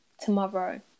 tomorrow